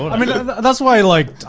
i mean that's why like,